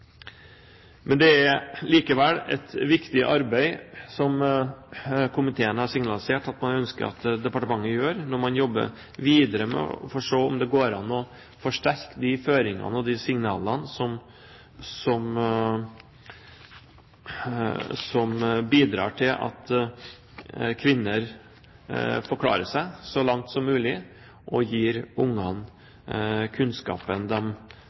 men at det finnes få rettslige botemidler mot dårlig hukommelse, som lett vil kunne bli strategien i slike saker. Det er likevel et viktig arbeid som komiteen har signalisert at man ønsker at departementet gjør, når man jobber videre for å se om det går an å forsterke de føringene og signalene som kan bidra til at kvinner forklarer seg så langt som mulig og